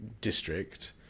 district